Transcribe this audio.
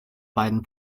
beiden